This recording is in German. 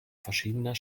verschiedener